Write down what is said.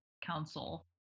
council